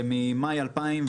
ממאי 2020,